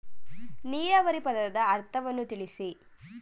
ನೀರಾವರಿ ಪದದ ಅರ್ಥವನ್ನು ತಿಳಿಸಿ?